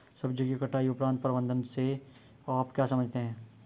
सब्जियों की कटाई उपरांत प्रबंधन से आप क्या समझते हैं?